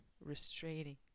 restraining